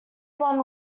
won